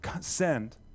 send